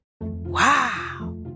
Wow